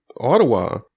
Ottawa